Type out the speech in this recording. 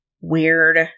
weird